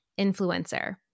influencer